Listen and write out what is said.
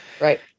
Right